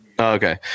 Okay